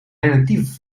relatief